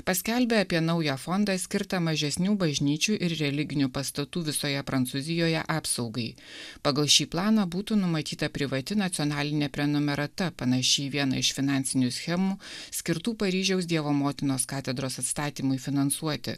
paskelbė apie naują fondą skirtą mažesnių bažnyčių ir religinių pastatų visoje prancūzijoje apsaugai pagal šį planą būtų numatyta privati nacionalinė prenumerata panaši į vieną iš finansinių schemų skirtų paryžiaus dievo motinos katedros atstatymui finansuoti